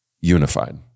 unified